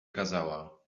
kazała